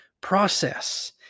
process